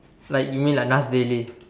like you mean like Nas daily